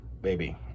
baby